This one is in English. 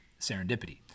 serendipity